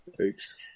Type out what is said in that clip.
Oops